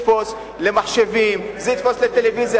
זה יתפוס למחשבים, זה יתפוס לטלוויזיה.